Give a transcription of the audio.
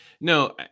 no